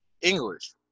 English